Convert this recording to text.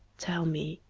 tell me,